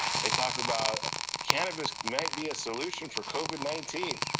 they talked about cannabis might be a solution for covid nineteen.